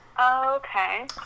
okay